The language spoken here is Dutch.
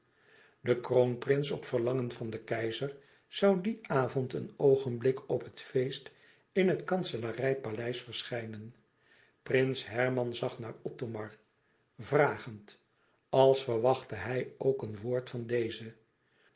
de kroonprins op verlangen van den keizer zoû dien avond een oogenblik op het feest in het kanselarijpaleis verschijnen prins herman zag naar othomar vragend als verwachtte hij ook een woord van dezen